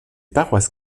paroisses